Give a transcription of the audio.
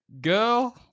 Girl